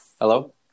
Hello